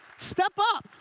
step up.